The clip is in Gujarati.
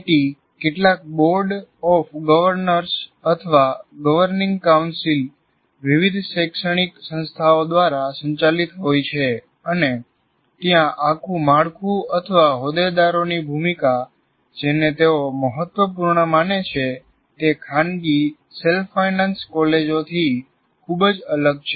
ટી કેટલાક બોર્ડ ઓફ ગવર્નર્સ અથવા ગવર્નિંગ કાઉન્સિલ વિવિધ શૈક્ષણિક સંસ્થાઓ દ્વારા સંચાલિત હોય છે અને ત્યાં આખું માળખું અથવા હોદ્દેદારોની ભૂમિકા જેને તેઓ મહત્વપૂર્ણ માને છે તે ખાનગી સેલ્ફ ફાઇનાન્સિયલ કોલેજથી ખૂબ અલગ છે